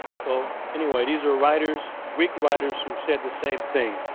so anyway, these are writers, greek writers, who said the same thing,